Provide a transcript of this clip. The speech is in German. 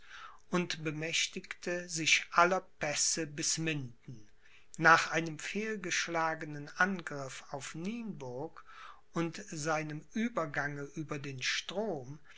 und bemächtigte sich aller pässe bis minden nach einem fehlgeschlagenen angriff auf nienburg und seinem uebergange über den strom